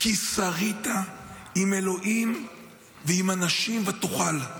"כי שרית עם אלהים ועם אנשים ותוכל".